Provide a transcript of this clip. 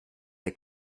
der